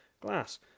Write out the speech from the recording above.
glass